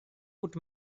would